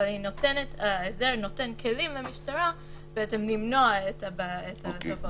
אבל ההסדר נותן כלים למשטרה למנוע את הדבר הזה.